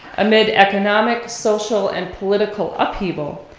amid economic, social, and political upheaval,